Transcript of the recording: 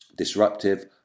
disruptive